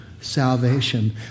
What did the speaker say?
salvation